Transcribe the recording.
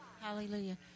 Hallelujah